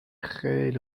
خیلی